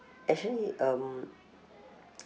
actually um